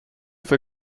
für